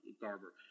Garber